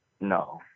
No